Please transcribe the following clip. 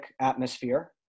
atmosphere